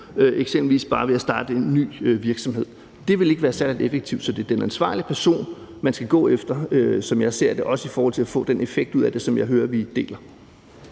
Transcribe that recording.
eksempelvis ved bare at starte en ny virksomhed. Det ville ikke være særlig effektivt, så det er den ansvarlige person, man skal gå efter, som jeg ser det, også i forhold til at få den ønskede effekt ud af det, som jeg hører vi deler.